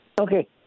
Okay